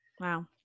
Wow